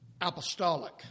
apostolic